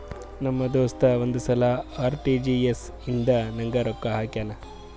ನಮ್ ದೋಸ್ತ ಒಂದ್ ಸಲಾ ಆರ್.ಟಿ.ಜಿ.ಎಸ್ ಇಂದ ನಂಗ್ ರೊಕ್ಕಾ ಹಾಕ್ಯಾನ್